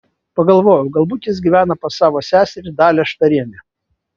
pagalvojau galbūt jis gyvena pas savo seserį dalią štarienę